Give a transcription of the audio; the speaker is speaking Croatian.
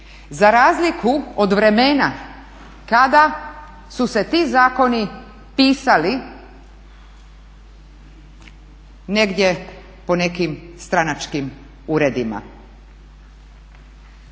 za razliku od vremena kada su se ti zakoni pisali negdje po nekim stranačkim uredima,